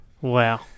wow